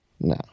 No